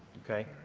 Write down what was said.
okay.